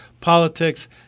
politics